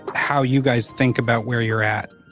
how you guys think about where you're at,